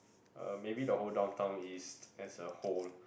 uh maybe the whole Downtown-East as a whole